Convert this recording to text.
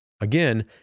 Again